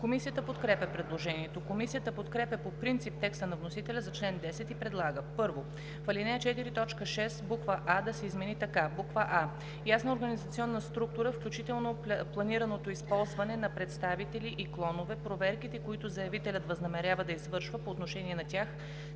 Комисията подкрепя предложението. Комисията подкрепя по принцип текста на вносителя за чл. 10 и предлага: „1. В ал. 4, т. 6 буква „а“ да се измени така: „а) ясна организационна структура, включително планираното използване на представители и клонове, проверките, които заявителят възнамерява да извършва по отношение на тях